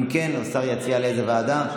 אם כן, השר יציע לאיזו ועדה.